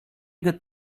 good